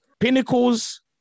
Pinnacles